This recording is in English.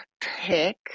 pick